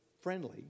friendly